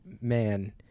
man